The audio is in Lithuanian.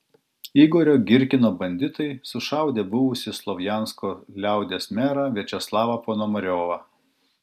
igorio girkino banditai sušaudė buvusį slovjansko liaudies merą viačeslavą ponomariovą